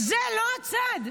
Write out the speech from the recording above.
זה לא הצד.